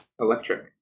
electric